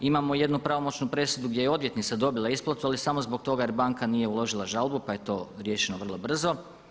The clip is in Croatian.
Imamo jednu pravomoćnu presudu gdje je odvjetnica dobila isplatu, ali samo zbog toga jer banka nije uložila žalbu, pa je to riješeno vrlo brzo.